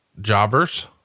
jobbers